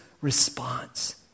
response